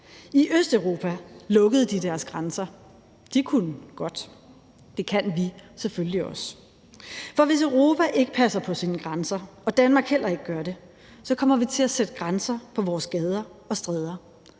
I Østeuropa lukkede de deres grænser; de kunne godt. Det kan vi selvfølgelig også. For hvis Europa ikke passer på sine grænser og Danmark heller ikke gør det, kommer vi til at sætte grænser på vores gader og stræder,